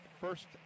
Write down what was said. first